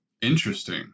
Interesting